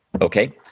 okay